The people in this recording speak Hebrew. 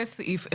זה דבר אחד.